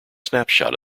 snapshot